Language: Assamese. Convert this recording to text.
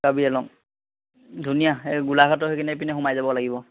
কাৰ্বি আংলং ধুনীয়া এই গোলাঘাটৰ সেইখিনি পিনে সোমাই যাব লাগিব